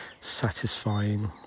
satisfying